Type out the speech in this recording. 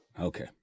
Okay